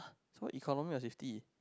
so what economy of fifty